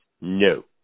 No